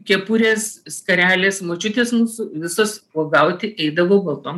kepurės skarelės močiutės mūsų visos uogauti eidavo baltom